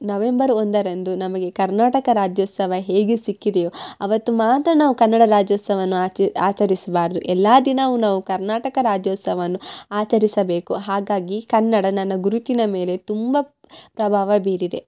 November ಒಂದರಂದು ನಮಗೆ ಕರ್ನಾಟಕ ರಾಜ್ಯೋತ್ಸವ ಹೇಗೆ ಸಿಕ್ಕಿದೆಯೊ ಅವತ್ತು ಮಾತ್ರ ನಾವು ಕನ್ನಡ ರಾಜ್ಯೋತ್ಸವನ್ನು ಆಚಿ ಆಚರಿಸಬಾರ್ದು ಎಲ್ಲಾ ದಿನವು ನಾವು ಕರ್ನಾಟಕ ರಾಜ್ಯೋತ್ಸವನ್ನು ಆಚರಿಸಬೇಕು ಹಾಗಾಗಿ ಕನ್ನಡ ನನ್ನ ಗುರುತಿನ ಮೇಲೆ ತುಂಬ ಪ್ರಭಾವ ಬೀರಿದೆ